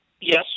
Yes